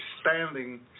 standing